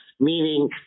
meaning